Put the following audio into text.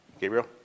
Gabriel